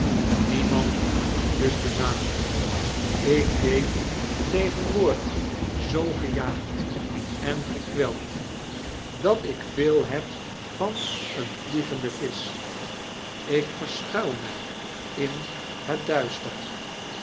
niemand wordt dus benadeeld ik leef ttegenwoordig zoo gejaagd en gekweld dat ik veel heb van een vliegende visch ik verschuil mij in het duischakles